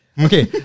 Okay